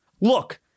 Look